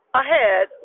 ahead